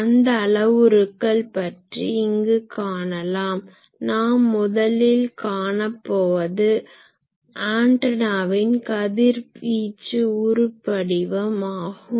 அந்த அளவுருக்கள் பற்றி இங்கு காணலாம் நாம் முதலில் காணப்போவது ஆன்டனாவின் கதிர்வீச்சு உருபடிவம் ஆகும்